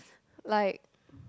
like